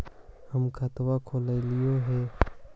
हम खाता खोलैलिये हे?